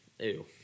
ew